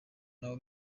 n’abo